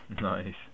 Nice